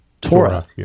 Torah